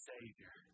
Savior